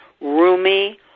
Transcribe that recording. roomy